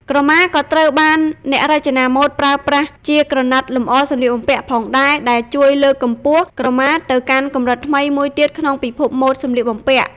ក្រមាក៏ត្រូវបានអ្នករចនាម៉ូដប្រើប្រាស់ ជាក្រណាត់លម្អសម្លៀកបំពាក់ផងដែរ ដែលជួយលើកកម្ពស់ក្រមាទៅកាន់កម្រិតថ្មីមួយក្នុងពិភពម៉ូដសម្លៀកបំពាក់។